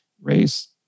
race